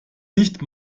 nicht